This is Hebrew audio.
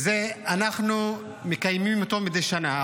אנחנו מקיימים אותו מדי שנה,